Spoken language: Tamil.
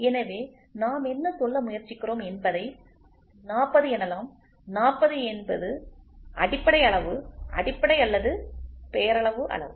எனவே நாம் என்ன சொல்ல முயற்சிக்கிறோம் என்பதை 40 எனலாம் 40 என்பது அடிப்படை அளவு அடிப்படை அல்லது பெயரளவு அளவு